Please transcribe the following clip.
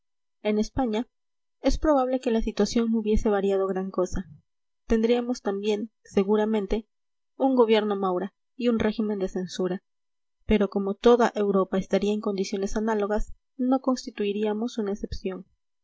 en españa es probable que la situación no hubiese variado gran cosa tendríamos también seguramente un gobierno maura y un régimen de censura pero como toda europa estaría en condiciones análogas no constituiríamos una excepción